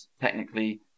technically